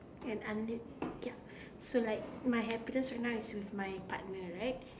and unlimited ya so I my happiness now is with my partner right